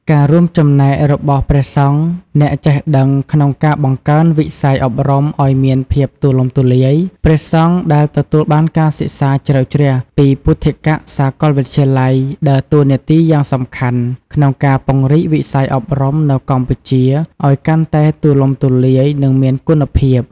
ការរួមចំណែករបស់ព្រះសង្ឃអ្នកចេះដឹងក្នុងការបង្កើនវិស័យអប់រំឲ្យមានភាពទូលំទូលាយ ព្រះសង្ឃដែលទទួលបានការសិក្សាជ្រៅជ្រះពីពុទ្ធិកសាកលវិទ្យាល័យដើរតួនាទីយ៉ាងសំខាន់ក្នុងការពង្រីកវិស័យអប់រំនៅកម្ពុជាឱ្យកាន់តែទូលំទូលាយ និងមានគុណភាព។